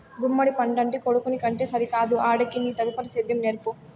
గుమ్మడి పండంటి కొడుకుని కంటే సరికాదు ఆడికి నీ తదుపరి సేద్యం నేర్పు